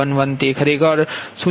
5 અધિકાર છે